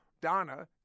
Donna